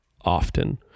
often